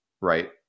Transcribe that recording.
Right